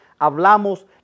hablamos